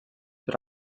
per